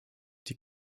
die